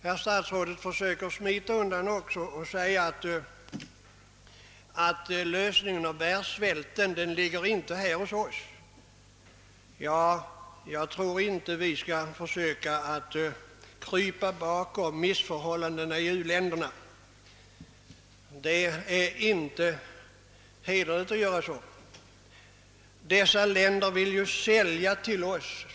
Herr statsrådet försökte smita undan världssvältsproblemet genom att säga att det inte kan lösas av oss här i vårt land. Ja, men det är inte heller hederligt att krypa bakom missförhållan dena i u-länderna och framhålla att dessa länder vill sälja till oss.